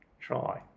Try